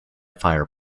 fire